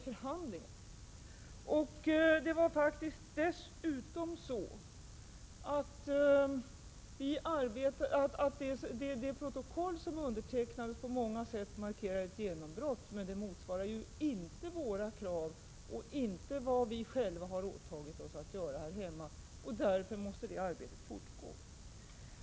Förhandlingarna var totalt blockerade. Det protokoll som undertecknades markerar ett genombrott, men det motsvarar inte våra krav och inte vad vi själva har åtagit oss att göra här hemma. Därför måste detta arbete fortgå.